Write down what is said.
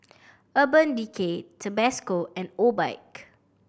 Urban Decay Tabasco and Obike